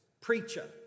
Preacher